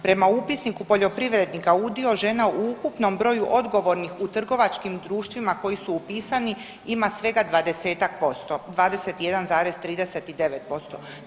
Prema upisniku poljoprivrednika udio žena u ukupnom broju odgovornih u trgovačkim društvima koji su upisani ima svega 20-tak posto, 21,39%